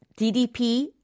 DDP